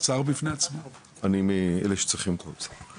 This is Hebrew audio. אני מאלה שצריכים את האוצר.